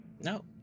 No